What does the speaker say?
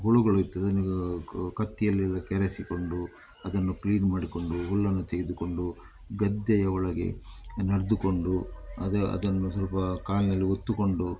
ಹುಳುಗಳು ಇರ್ತದೆ ಕತ್ತಿಯಲ್ಲಿ ಕೆರೆಸಿಕೊಂಡು ಅದನ್ನು ಕ್ಲೀನ್ ಮಾಡಿಕೊಂಡು ಹುಲ್ಲನ್ನು ತೆಗೆದುಕೊಂಡು ಗದ್ದೆಯ ಒಳಗೆ ನಡೆದುಕೊಂಡು ಅದು ಅದನ್ನು ಸ್ವಲ್ಪ ಕಾಲಿನಲ್ಲಿ ಒತ್ತುಕೊಂಡು